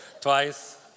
Twice